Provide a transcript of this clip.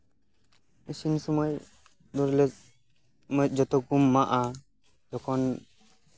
ᱤᱥᱤᱱ ᱥᱚᱢᱚᱭ ᱵᱟᱨᱞᱤᱥ ᱡᱚᱛᱚ ᱵᱚᱱ ᱮᱢᱟᱜᱼᱟ ᱡᱚᱠᱷᱚᱱ